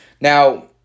Now